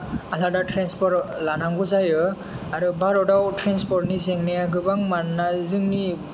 आलादा त्रेन्सपर्त लानांगौ जायो आरो भारताव त्रेन्सपर्त नि जेंनाया गोबां मानोना जोंनि